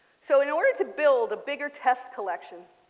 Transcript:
so in order to build a bigger test collection